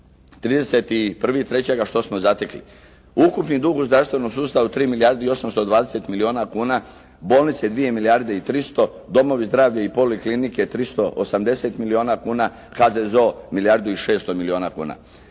31.3 što smo zatekli? Ukupni dug u zdravstvenom sustavu 3 milijardi i 820 milijuna kuna, bolnice dvije milijarde i 300, domovi zdravlja i poliklinike 380 milijuna kuna, HZZO milijardu i 600 milijuna kuna.